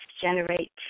generate